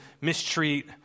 mistreat